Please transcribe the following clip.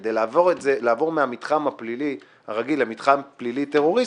כדי לעבור מהמתחם הפלילי הרגיל למתחם פלילי טרוריסטי,